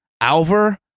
Alvar